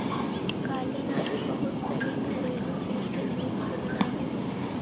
कालीन आदि बहुत सनी घरेलू चीज के जूट से बनावल जा हइ